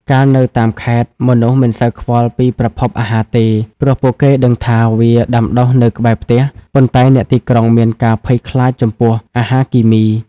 កាលនៅតាមខេត្ត មនុស្សមិនសូវខ្វល់ពីប្រភពអាហារទេ ព្រោះពួកគេដឹងថាវាដាំដុះនៅក្បែរផ្ទះ ប៉ុន្តែអ្នកទីក្រុងមានការភ័យខ្លាចចំពោះ "អាហារគីមី"។